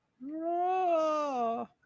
No